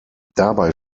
dabei